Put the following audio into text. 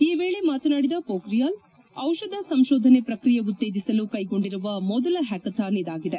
ಈ ವೇಳೆ ಮಾತನಾಡಿದ ಪೋಖ್ರಿಯಾಲ್ ಔಷಧ ಸಂಶೋಧನೆ ಪ್ರಕ್ರಿಯೆ ಉತ್ತೇಜಿಸಲು ಕ್ಲೆಗೊಂಡಿರುವ ಮೊದಲ ಹ್ಲಾಕಥಾನ್ ಇದಾಗಿದೆ